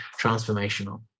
transformational